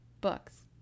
books